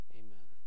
amen